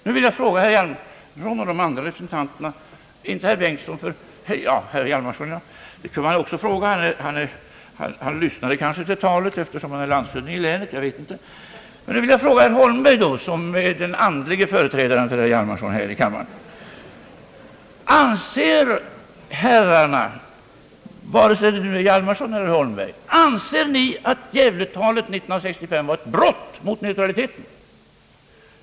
Nu vill jag fråga herr Hjalmarson och de andra representanterna utom herr Bengtson — ja, jag sade herr Hjalmarson i stället för herr Holmberg, och herr Hjalmarson kunde man väl fråga, han lyssnade väl till talet eftersom han är landshövding i länet, men nu vill jag fråga herr Holmberg, som är den andlige företrädaren för herr Hjalmarson här i kammaren: Anser herrarna — vare sig det nu är herr Hjalmarson eller herr Holmberg — att Gävletalet år 1965 var ett brott mot neutraliteten?